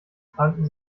pranken